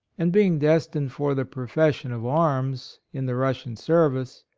and being destined for the profession of arms, in the russian service,